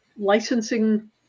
licensing